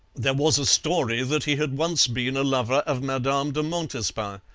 there was a story that he had once been a lover of madame de montespan,